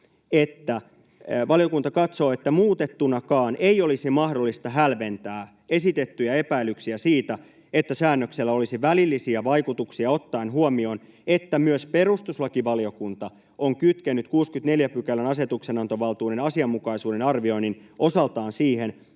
että ”valiokunta katsoo, että muutettunakaan ei olisi mahdollista hälventää esitettyjä epäilyksiä siitä, että säännöksellä olisi välillisiä vaikutuksia ottaen huomioon, että myös perustuslakivaliokunta on kytkenyt 64 §:n asetuksenantovaltuuden asianmukaisuuden arvioinnin osaltaan siihen,